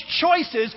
choices